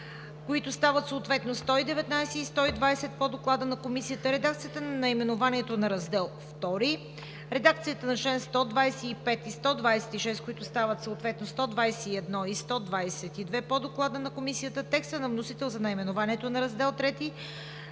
които стават съответно 119 и 120 по Доклада на Комисията; редакцията на наименованието на Раздел II; редакцията на членове 125 и 126, които стават съответно 121 и 122 по Доклада на Комисията; текста на вносителя за наименованието на Раздел